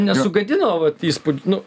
nesugadino vat įspūd nu